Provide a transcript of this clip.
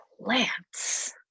plants